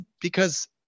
because-